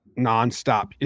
nonstop